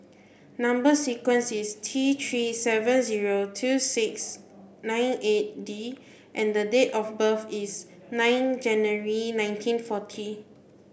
number sequence is T three seven zero two six nine eight D and the date of birth is nine January nineteen forty